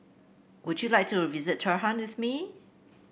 would you like to visit Tehran with me